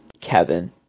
Kevin